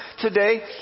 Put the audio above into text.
today